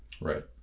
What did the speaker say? Right